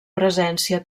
presència